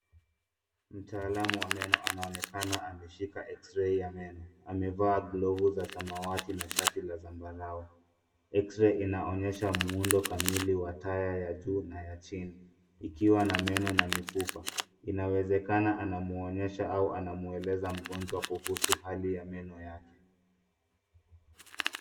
Mtaalamu wa meno anaonekana ameshika cs[x-ray]cs ya meno. Amevaa glovu za samawati na shati la zambarau. cs[X-ray]cs inaonyesha muundo kamili wa taya ya juu na ya chini, ikiwa na meno na mifupa. Inawezekana anamwonyesha au anamweleza mgonjwa kuhusu hali ya meno yake.